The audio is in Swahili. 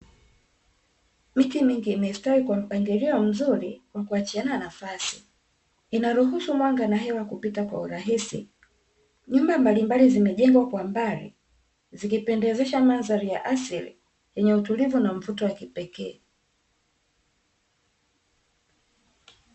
Miti mingi imestawi kwa mpangilio mzuri kwa kuachiana nafasi, inaruhusu mwanga na hewa kupita kwa urahisi, nyumba mbalimbali zimejengwa, kwa mbali zikipendezesha mandhari ya asili yenye utulivu na mvuto wa kipekee.